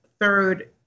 third